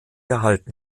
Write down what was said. erhalten